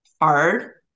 hard